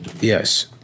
Yes